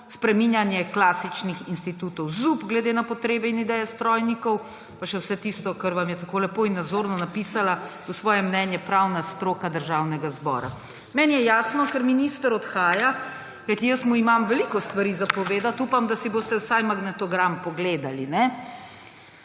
spreminjanje klasičnih institutov ZUP glede na potrebe in ideje strojnikov«, pa še vse tisto, kar vam je tako lepo in nazorno napisala v svoje mnenje pravna stroka Državnega zbora. Meni je jasno, ker minister odhaja, kajti jaz mu imam veliko stvari za povedati. Upam, da si boste vsaj magnetogram pogledali.